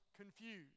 confused